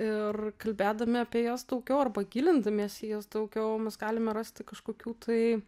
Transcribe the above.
ir kalbėdami apie jas daugiau arba gilindamiesi į jas daugiau mes galime rasti kažkokių tai